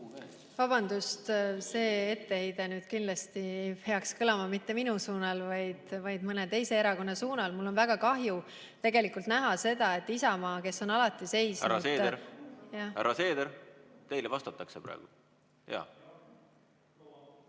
Vabandust! See etteheide peaks kindlasti kõlama mitte minu suunal, vaid mõne teise erakonna suunal. Mul on väga kahju tegelikult näha seda, et Isamaa, kes on alati seisnud ... Härra Seeder! Härra Seeder! Teile vastatakse praegu.